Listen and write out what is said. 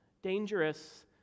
dangerous